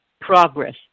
progress